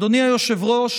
אדוני היושב-ראש,